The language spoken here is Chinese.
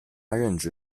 任职